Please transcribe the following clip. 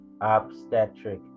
obstetric